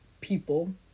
people